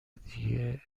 دیگه